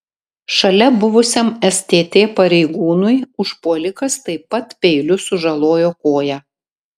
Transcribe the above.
šalia buvusiam stt pareigūnui užpuolikas taip pat peiliu sužalojo koją